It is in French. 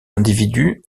individus